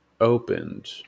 opened